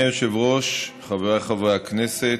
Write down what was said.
אדוני היושב-ראש, חבריי חברי הכנסת,